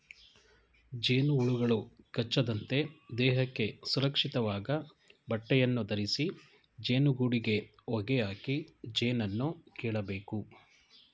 ಜೇನುಹುಳುಗಳು ಕಚ್ಚದಂತೆ ದೇಹಕ್ಕೆ ಸುರಕ್ಷಿತವಾದ ಬಟ್ಟೆಯನ್ನು ಧರಿಸಿ ಜೇನುಗೂಡಿಗೆ ಹೊಗೆಯಾಕಿ ಜೇನನ್ನು ಕೇಳಬೇಕು